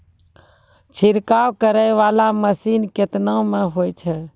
छिड़काव करै वाला मसीन केतना मे होय छै?